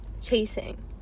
Chasing